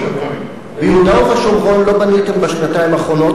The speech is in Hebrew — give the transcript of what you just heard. ביהודה ובשומרון לא בניתם בשנתיים האחרונות.